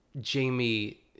Jamie